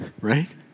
right